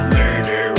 murder